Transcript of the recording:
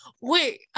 wait